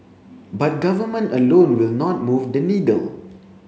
but government alone will not move the needle